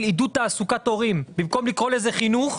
עידוד תעסוקת הורים במקום לקרוא לזה חינוך,